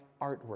artwork